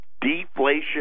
Deflation